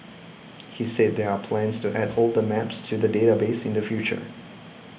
he said there are plans to add older maps to the database in the future